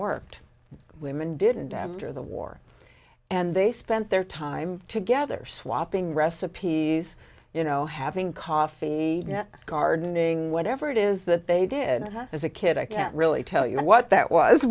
worked women didn't damage or the war and they spent their time together swapping recipes you know having coffee gardening whatever it is that they did not have as a kid i can't really tell you what that was